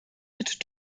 mit